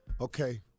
Okay